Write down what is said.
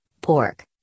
pork